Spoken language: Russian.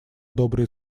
добрые